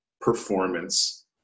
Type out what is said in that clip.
performance